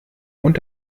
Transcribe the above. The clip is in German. und